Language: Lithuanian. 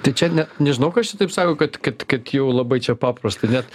tai čia ne nežinau kas čia taip sako kad kad kad jau labai čia paprasta net